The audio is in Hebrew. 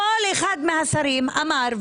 כל אחד מהשרים אמר,